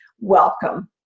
Welcome